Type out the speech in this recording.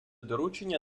доручення